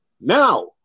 Now